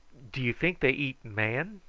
do you think they eat man?